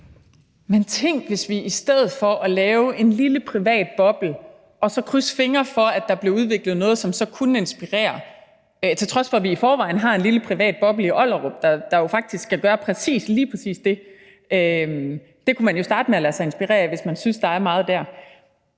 Men tænk, hvis vi i stedet for at lave en lille privat boble og krydse fingre for, at der så blev udviklet noget, som så kunne inspirere – til trods for at vi i forvejen har en lille privat boble i Ollerup, der jo faktisk kan gøre lige præcis det, og det kunne man jo starte med at lade sig inspirere af, hvis man synes, der er meget dér